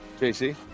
JC